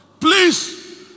Please